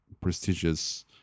prestigious